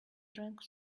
drank